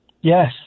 Yes